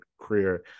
career